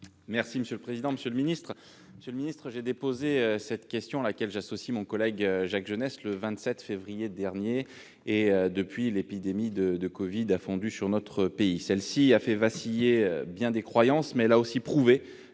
santé. Monsieur le secrétaire d'État, j'ai déposé cette question, à laquelle j'associe mon collègue Jacques Genest, le 27 février dernier. Depuis, l'épidémie de Covid-19 a fondu sur notre pays et a fait vaciller bien des croyances. Mais elle a aussi prouvé